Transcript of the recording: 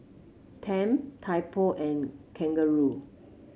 Tempt Typo and Kangaroo